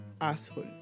asshole